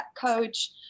coach